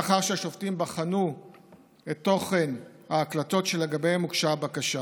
לאחר שהשופטים בחנו את תוכן ההקלטות שלגביהן הוגשה הבקשה